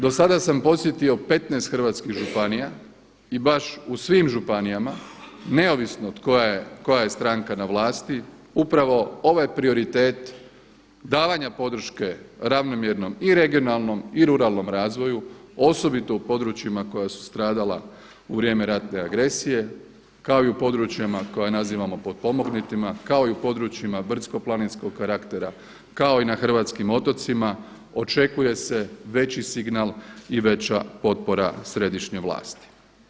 Do sada sam posjetio 15 hrvatskih županija i baš u svim županijama neovisno koja je stranka na vlasti upravo ovaj prioritet davanja podrške ravnomjernom i regionalnom i ruralnom razvoju osobito u područjima koja su stradala u vrijeme ratne agresije kao i u područjima koja nazivamo potpomognutima, kao i u područjima brdsko-planinskog karaktera, kao i na hrvatskim otocima očekuje se veći signal i veća potpora središnje vlasti.